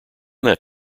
that